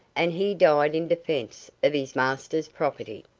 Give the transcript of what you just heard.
and he died in defence of his master's property.